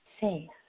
safe